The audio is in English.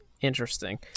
Interesting